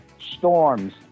storms